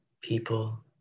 people